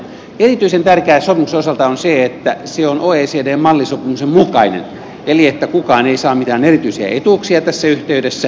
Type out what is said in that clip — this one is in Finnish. erityisen tärkeää sopimuksen osalta on se että se on oecdn mallisopimuksen mukainen eli että kukaan ei saa mitään erityisiä etuuksia tässä yhteydessä